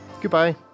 Goodbye